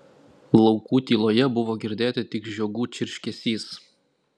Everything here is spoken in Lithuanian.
laukų tyloje buvo girdėti tik žiogų čirškesys